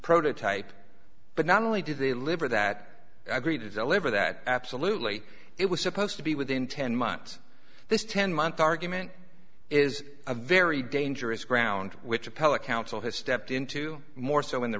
prototype but not only did the liver that i agree to deliver that absolutely it was supposed to be within ten months this ten month argument is a very dangerous ground which appellate counsel has stepped into more so in the